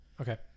Okay